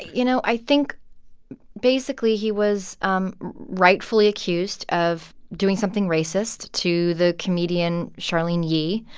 you know, i think basically he was um rightfully accused of doing something racist to the comedian charlyne yi.